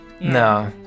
no